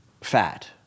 fat